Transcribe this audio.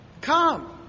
Come